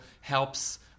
helps